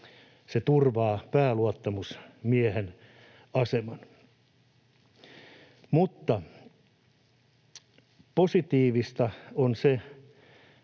turvaa vain pääluottamusmiehen aseman. Positiivista on se,